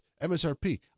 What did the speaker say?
MSRP